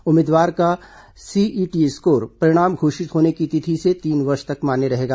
उम्मीदवार का CET score परिणाम घोषित करने की तिथि से तीन वर्ष तक मान्य रहेगा